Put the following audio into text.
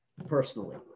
personally